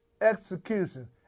execution